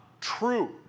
True